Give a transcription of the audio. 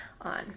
on